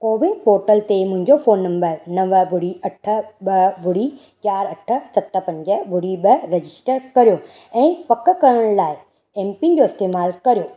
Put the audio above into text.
CoWIN portal ते मुंहिंजो phone number नव ॿुड़ी अठ ॿ ॿुड़ी चारि अठ सत पंज ॿुड़ी ॿ रजिस्टर कयो ऐं पक करण लाइ एम पिन जो इस्तेमाल कयो